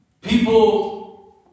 People